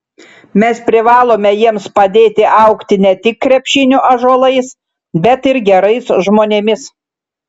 mes privalome jiems padėti augti ne tik krepšinio ąžuolais bet ir gerais žmonėmis